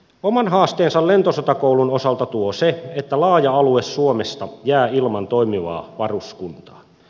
oman haasteensa lentosotakoulun osalta tuo se että laaja alue suomesta jää ilman toimivaa varuskuntaa